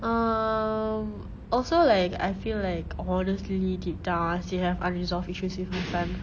um also like I feel like honestly deep down I still have unresolved issues you with hassan